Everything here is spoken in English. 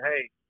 hey